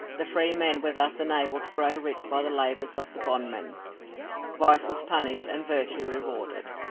the free men were thus enabled to grow rich by the labours of the bondmen vice was punished and virtue rewarded.